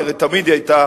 כי הרי תמיד היא היתה